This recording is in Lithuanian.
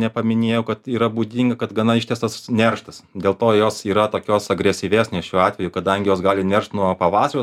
nepaminėjau kad yra būdinga kad gana ištęstas nerštas dėl to jos yra tokios agresyvesnės šiuo atveju kadangi jos gali neršt nuo pavasario